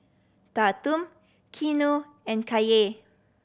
Tatum Keanu and Kaye